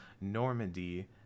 Normandy